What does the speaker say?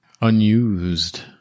unused